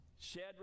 Shadrach